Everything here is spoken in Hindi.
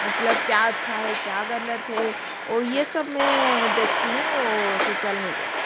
मतलब क्या अच्छा है क्या गलत है और ये सब मैं देखती हूँ वो सोशल मीडिया से